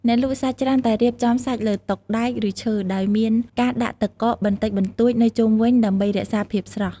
អ្នកលក់សាច់ច្រើនតែរៀបចំសាច់លើតុដែក ឬឈើ ដោយមានការដាក់ទឹកកកបន្តិចបន្តួចនៅជុំវិញ ដើម្បីរក្សាភាពស្រស់។